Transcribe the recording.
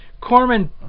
corman